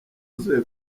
yuzuye